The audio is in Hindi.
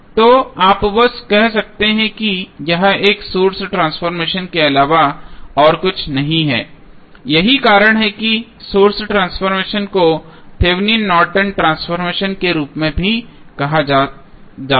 तो आप बस कह सकते हैं कि यह एक सोर्स ट्रांसफॉर्मेशन के अलावा और कुछ नहीं है यही कारण है कि सोर्स ट्रांसफॉर्मेशन को Thevenin Norton transformation Thevenin Nortons transformation के रूप में भी कहा जाता है